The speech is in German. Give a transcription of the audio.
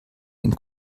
den